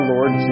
Lord